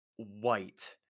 white